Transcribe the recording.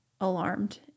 alarmed